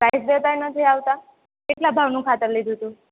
size જોતાં નથી આવતા કેટલા ભાવનું ખાતર લીધું હતું